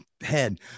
head